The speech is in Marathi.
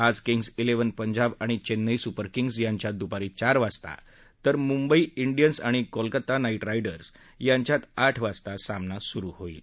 आज किंग्ज इलेव्हन पंजाब आणि चेन्नई सुपर किंग्ज यांच्यात दुपारी चार वाजता म्ंबई इंडियन्स आणि कोलकाता नाईट रायडर्स यांच्यात आठ वाजता सामना सुरु होणार आहे